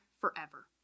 forever